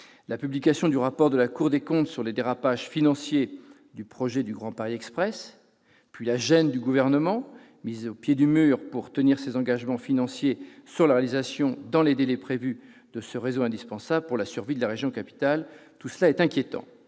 la publication du rapport de la Cour des comptes sur les dérapages financiers du projet du Grand Paris Express, puis la gêne du Gouvernement, mis au pied du mur pour tenir ses engagements financiers sur la réalisation dans les délais prévus de ce réseau indispensable pour la survie de la région capitale, ne laissent